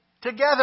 together